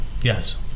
Yes